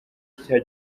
cya